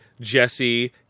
jesse